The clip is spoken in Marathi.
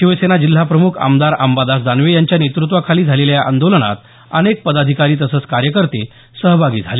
शिवसेना जिल्हाप्रमुख आमदार अंबादास दानवे यांच्या नेतुत्वाखाली झालेल्या या आंदोलनात अनेक पदाधिकारी तसंच कार्यकर्ते सहभागी झाले